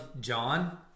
John